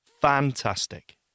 fantastic